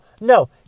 no